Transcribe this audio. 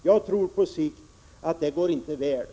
Jag tror inte det går väl på sikt.